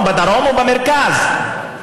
בדרום ובמרכז.